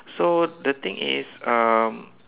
so the things is um